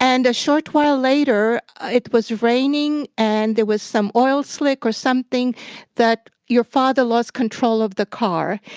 and a short while later, it was raining and there was some oil slick or something that your father lost control of the car,